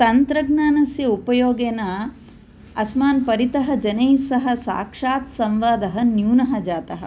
तन्त्रज्ञानस्य उपयोगेन अस्मान् परितः जनैः सह साक्षात् संवादः न्यूनः जातः